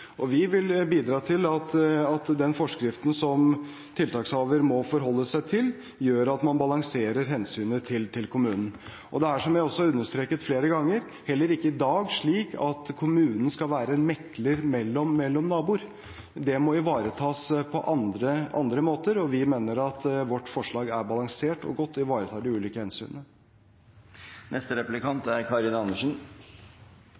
kommunen. Vi vil bidra til at den forskriften som tiltakshaveren må forholde seg til, gjør at man balanserer hensynet til kommunen. Det er som jeg også har understreket flere ganger, heller ikke i dag slik at kommunen skal være en mekler mellom naboer. Det må ivaretas på andre måter, og vi mener at vårt forslag er balansert og godt og ivaretar de ulike